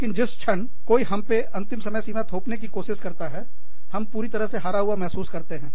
लेकिन जिस क्षण कोई हम पर अंतिम समय सीमा थोपने की कोशिश करता है हम संपूर्णत पूरी तरह से हारा हुआ महसूस करते हैं